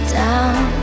down